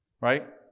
right